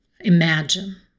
imagine